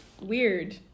weird